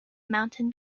mountain